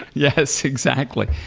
yes, exactly.